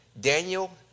Daniel